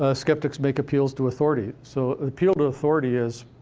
ah skeptics make appeals to authority. so appeal to authority is.